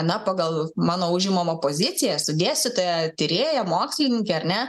na pagal mano užimomą poziciją esu dėstytoja tyrėja mokslininkė ar ne